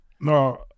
no